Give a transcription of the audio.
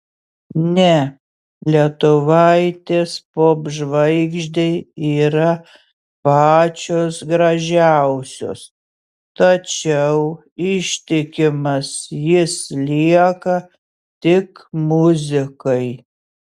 ne lietuvaitės popžvaigždei yra pačios gražiausios tačiau ištikimas jis lieka tik muzikai